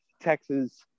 texas